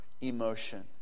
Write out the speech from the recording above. emotion